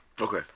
Okay